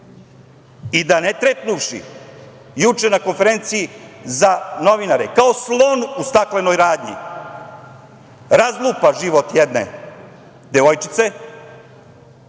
i da, ne trepnuvši, juče na konferenciji za novinare, kao slon u staklenoj radnji, razlupa život jedne devojčice,